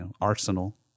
arsenal